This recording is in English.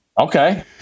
Okay